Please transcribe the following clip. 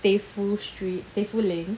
pei fu street pei fu lane